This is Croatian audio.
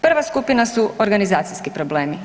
Prva skupina su organizacijski problemi.